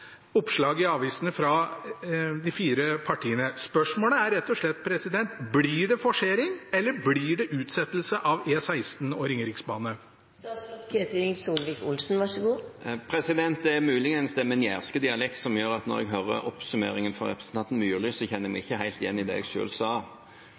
oppslag i avisene fra de fire partiene. Spørsmålet er rett og slett: Blir det forsering, eller blir det utsettelse av E16 og Ringeriksbanen? Det er muligens min jærske dialekt som gjør at når jeg hører oppsummeringen fra representanten Myrli, så kjenner jeg meg ikke helt igjen i